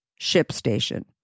ShipStation